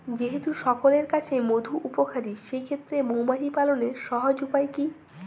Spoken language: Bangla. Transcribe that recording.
যেহেতু সকলের কাছেই মধু উপকারী সেই ক্ষেত্রে মৌমাছি পালনের সহজ উপায় কি?